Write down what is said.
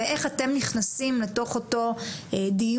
ואיך אתם נכנסים לתוך אותו דיון,